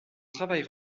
travail